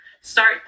start